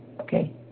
Okay